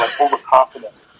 overconfident